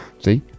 See